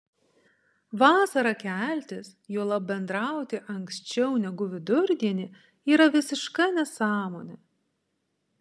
vasarą keltis juolab bendrauti anksčiau negu vidurdienį yra visiška nesąmonė